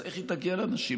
אז איך היא תגיע לאנשים?